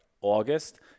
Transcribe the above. August